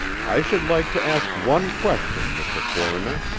i should like to ask one question, mr. coroner,